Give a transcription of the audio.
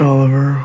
Oliver